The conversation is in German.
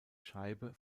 scheibe